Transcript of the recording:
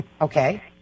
Okay